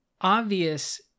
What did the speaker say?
obvious